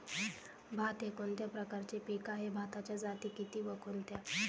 भात हे कोणत्या प्रकारचे पीक आहे? भाताच्या जाती किती व कोणत्या?